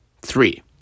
three